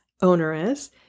onerous